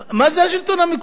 מה זה השלטון המקומי?